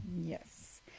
Yes